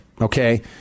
Okay